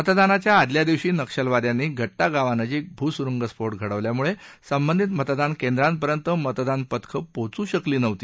मतदानाच्या आदल्या दिवशी नक्षलवाद्यांनी गट्टा गावानजीक भूसुरुंगस्फोट घडवल्यानं संबंधित मतदान केंद्रांपर्यंत मतदान पथके पोहचू शकली नव्हती